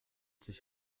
sich